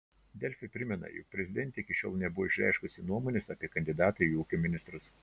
delfi primena jog prezidentė iki šiol nebuvo išreiškusi nuomonės apie kandidatą į ūkio ministrus